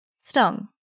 stung